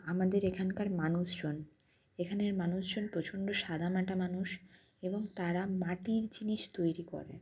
আমাদের এখানকার মানুষজন এখানের মানুষজন প্রচণ্ড সাদামাটা মানুষ এবং তারা মাটির জিনিস তৈরি করে